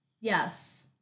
Yes